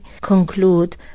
conclude